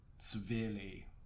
severely